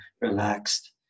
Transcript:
relaxed